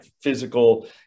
physical